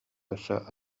өссө